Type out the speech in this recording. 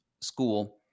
school